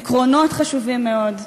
עקרונות חשובים מאוד,